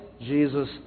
Jesus